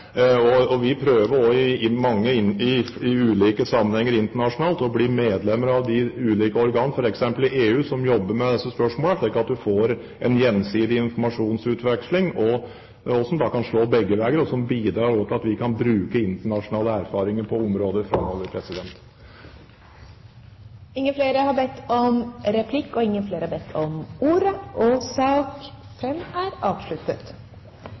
Vi prøver også i ulike sammenhenger internasjonalt å bli medlem av de ulike organer – f.eks. i EU – som jobber med disse spørsmålene, slik at en får en gjensidig informasjonsutveksling, som kan slå begge veier, og som også bidrar til at vi kan bruke internasjonale erfaringer på området framover. Replikkordskiftet er omme. Flere har ikke bedt om ordet til sak nr. 5. Ingen har bedt om ordet. Ingen har bedt om ordet. Ingen har bedt om ordet. Vi er